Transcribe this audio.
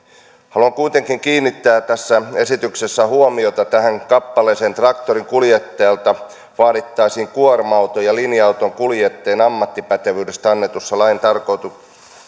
haluan kuitenkin kiinnittää tässä esityksessä huomiota tähän kappaleeseen traktorin kuljettajalta vaadittaisiin kuorma ja linja auton kuljettajien ammattipätevyydestä annetussa laissa tarkoitettu